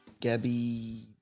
Gabby